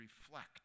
reflect